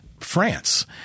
France